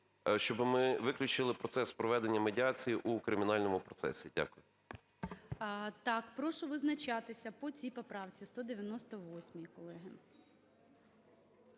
щоби ми виключили процес проведення медіації у кримінальному процесі. Дякую. ГОЛОВУЮЧИЙ. Так, прошу визначатися по цій поправці, 198-й, колеги.